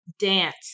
dance